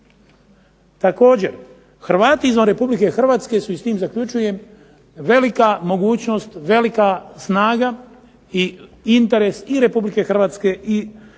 Također Hrvati izvan Republike Hrvatske su i s tim zaključujem, velika mogućnost i velika snaga i interes Republike Hrvatske i sami